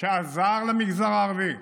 שעזר למגזר הערבי,